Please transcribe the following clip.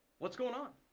what's goin' on?